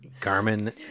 garmin